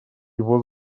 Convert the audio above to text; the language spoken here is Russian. его